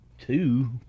two